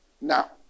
Now